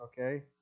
okay